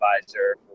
advisor